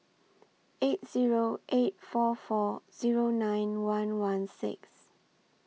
eight Zero eight four four Zero nine one one six